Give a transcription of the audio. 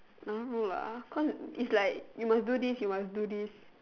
I don't know lah cause it's like you must do this you must do this